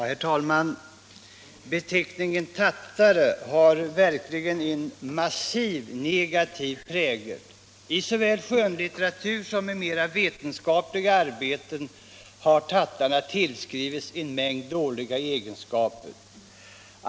Herr talman! Beteckningen tattare har verkligen en massivt negativ prägel. Såväl i skönlitteratur som i mera vetenskapliga arbeten har tattarna tillskrivits en mängd dåliga egenskaper.